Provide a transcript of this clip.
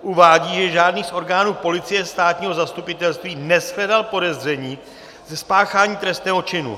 Uvádí, že žádný z orgánů policie, státního zastupitelství neshledal podezření ze spáchání trestného činu.